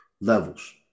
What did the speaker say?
levels